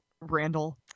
randall